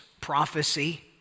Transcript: prophecy